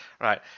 right